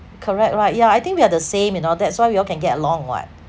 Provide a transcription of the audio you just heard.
correct right yeah I think we are the same you know that's why we all can get along [what]